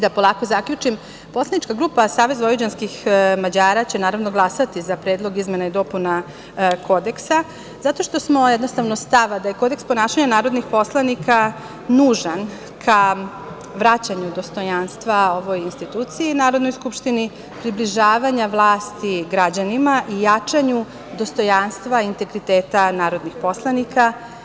Da polako zaključim, poslanička grupa SVM će naravno glasati za Predlog izmena i dopuna Kodeksa zato što smo jednostavno stava da je Kodeks ponašanja narodnih poslanika nužan ka vraćanju dostojanstva ovoj instituciji - Narodnoj skupštini, približavanja vlasti građanima i jačanju dostojanstva, integriteta narodnih poslanika.